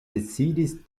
decidis